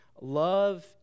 Love